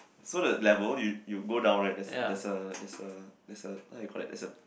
so the level you you go down right there's a there's a there's a there's a what you call that there's a